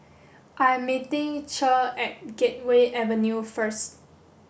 I am meeting Che at Gateway Avenue first